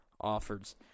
offers